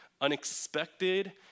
unexpected